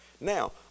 Now